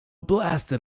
blasted